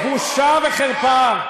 בושה וחרפה.